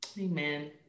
Amen